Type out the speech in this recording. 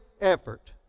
effort